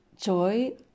joy